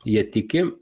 jie tiki